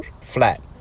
flat